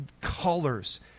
colors